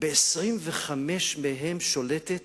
ב-25 מהן שולטת